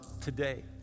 today